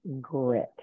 grit